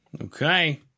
Okay